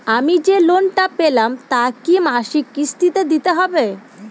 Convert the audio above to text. আমি যে লোন টা পেলাম তা কি মাসিক কিস্তি তে দিতে হবে?